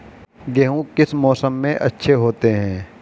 गेहूँ किस मौसम में अच्छे होते हैं?